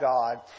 God